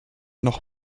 noch